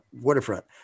waterfront